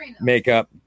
makeup